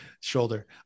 shoulder